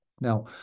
Now